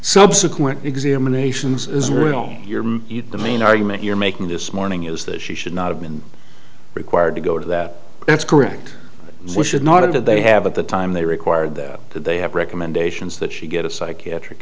subsequent examinations as well the main argument you're making this morning is that she should not have been required to go to that that's correct we should not have that they have at the time they required that they have recommendations that she get a psychiatric